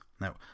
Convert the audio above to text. Now